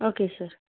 okay sir